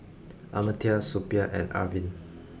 Amartya Suppiah and Arvind